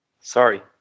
sorry